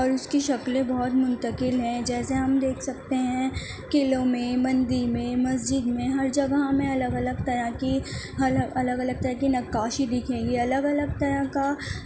اور اس کی شکلیں بہت منتقل ہیں جیسے ہم دیکھ سکتے ہیں قلعوں میں مندر میں مسجد میں ہر جگہ ہمیں الگ الگ طرح کی الگ الگ طرح کی نقاشی دکھے گی الگ الگ طرح کا